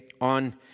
On